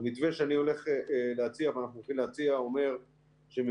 המתווה שאנחנו הולכים להציע אומר שממדינות